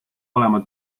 olema